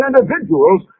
individuals